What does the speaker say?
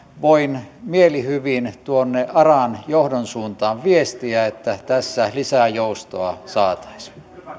voin mielihyvin tuonne aran johdon suuntaan viestiä että tässä lisää joustoa saataisiin